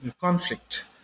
conflict